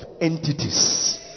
entities